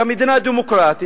כמדינה דמוקרטית,